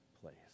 place